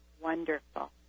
Wonderful